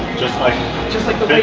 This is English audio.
just like just like